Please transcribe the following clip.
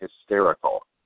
hysterical